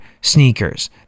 sneakers